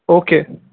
okay